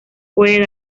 puede